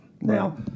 Now